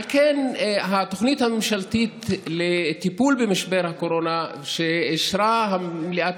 התוכנית הממשלתית לטיפול במשבר הקורונה שאישרה מליאת